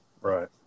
right